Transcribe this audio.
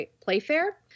Playfair